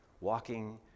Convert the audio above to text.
walking